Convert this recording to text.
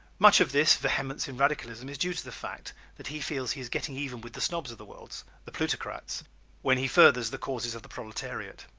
much of this vehemence in radicalism is due to the fact that he feels he is getting even with the snobs of the world the plutocrats when he furthers the causes of the proletariat.